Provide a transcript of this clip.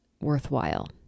worthwhile